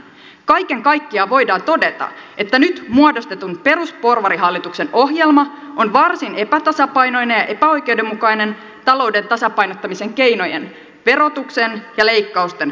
kaiken kaikkiaan voidaan todeta että nyt muodostetun perusporvarihallituksen ohjelma on varsin epätasapainoinen ja epäoikeudenmukainen talouden tasapainottamisen keinojen verotuksen ja leikkausten suhteen